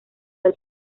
del